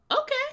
okay